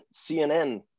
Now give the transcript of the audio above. CNN